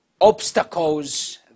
obstacles